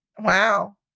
Wow